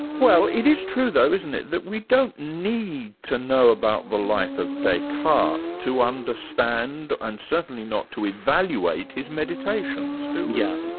well, it is true though, isn't it, that we don't need to know about the life of descartes to understand and certainly not to evaluate his meditations, do yeah